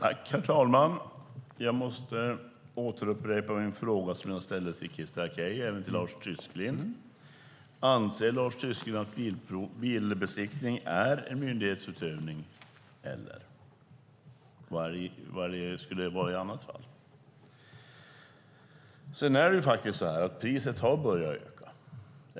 Herr talman! Jag ska upprepa den fråga jag ställde till Christer Akej och ställa den även till Lars Tysklind. Anser Lars Tysklind att bilbesiktning är myndighetsutövning, eller vad skulle det vara i annat fall? Sedan har faktiskt priset börjat öka.